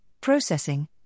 Processing